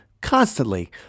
constantly